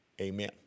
Amen